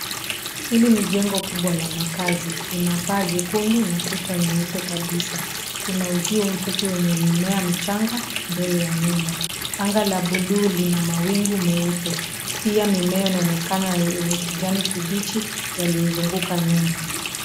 Hili ni jengo kubwa la makazi. Lina paa jekundu na kuta nyeupe kabisa. Kuna uzio mfupi wenye mimea michanga mbele ya nyumba. Anga la buluu lina mawingu meupe pia mimea inaonekana yenye kijani kibichi yaliyozunguka nyumba.